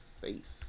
faith